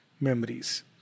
memories